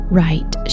right